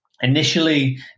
Initially